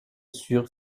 sûr